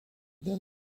than